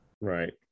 Right